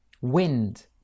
Wind